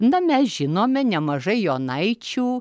na mes žinome nemažai jonaičių